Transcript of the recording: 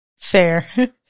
Fair